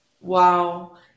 Wow